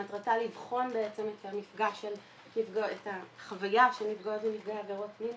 שמטרתה לבחון את החוויה של נפגעות ונפגעי עבירות מין,